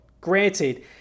Granted